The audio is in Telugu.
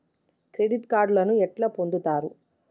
క్రెడిట్ కార్డులను ఎట్లా పొందుతరు?